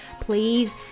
please